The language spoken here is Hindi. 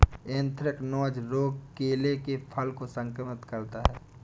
एंथ्रेक्नोज रोग केले के फल को संक्रमित करता है